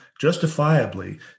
justifiably